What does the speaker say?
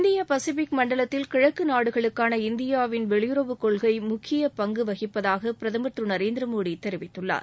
இந்திய பசிபிக் மண்டலத்தில் கிழக்கு நாடுகளுக்கான இந்தியாவின் வெளியுறவுக்கொள்கை முக்கிய பங்கு வகிப்பதாக பிரதமர் திரு நரேந்திரமோடி தெரிவித்துள்ளார்